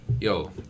Yo